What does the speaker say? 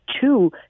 two